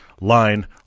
line